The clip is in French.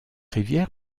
rivière